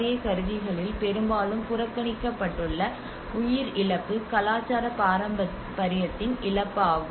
ஏ கருவிகளில் பெரும்பாலும் புறக்கணிக்கப்பட்டுள்ள உயிர் இழப்பு கலாச்சார பாரம்பரியத்தின் இழப்பு ஆகும்